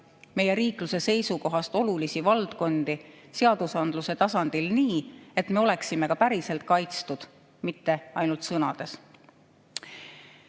meie riikluse seisukohast olulisi valdkondi seadusandluse tasandil, nii et me oleksime ka päriselt kaitstud, mitte ainult sõnades? Tulles